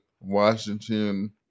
Washington